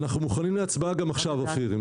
אנחנו מוכנים להצבעה גם עכשיו, אופיר.